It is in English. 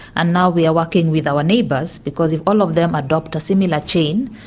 and now we are working with our neighbours because if all of them adopt a similar chain,